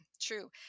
True